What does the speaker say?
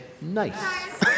nice